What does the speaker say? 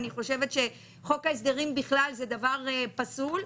אני חושבת שחוק ההסדרים בכלל זה דבר פסול.